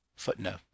footnote